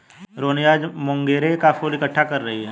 रोहिनी आज मोंगरे का फूल इकट्ठा कर रही थी